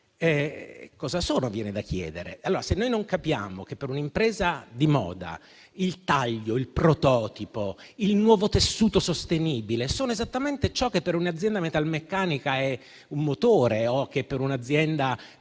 cosa siano. Allora, se non capiamo che per un'impresa di moda il taglio, il prototipo o il nuovo tessuto sostenibile sono esattamente ciò che per un'azienda metalmeccanica è un motore o che per un'azienda